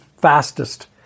fastest